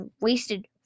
wasted